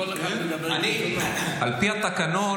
על פי התקנון,